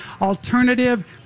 alternative